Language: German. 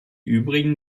übrigen